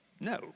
no